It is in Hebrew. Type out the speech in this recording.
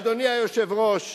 אדוני היושב-ראש,